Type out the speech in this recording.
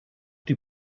die